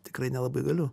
tikrai nelabai galiu